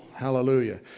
Hallelujah